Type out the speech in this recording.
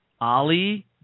Ali